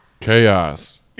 chaos